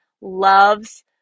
loves